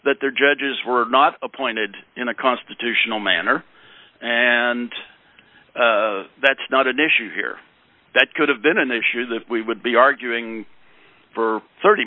that their judges were not appointed in a constitutional manner and that's not an issue here that could have been an issue that we would be arguing for thirty